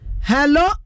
Hello